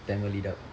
tamil it up